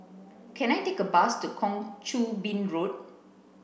can I take a bus to Kang Choo Bin Road